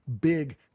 big